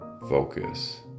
focus